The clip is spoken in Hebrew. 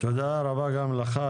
תודה רבה גם לך,